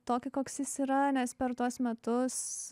tokį koks jis yra nes per tuos metus